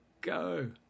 Go